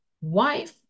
wife